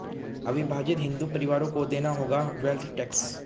अविभाजित हिंदू परिवारों को देना होगा वेल्थ टैक्स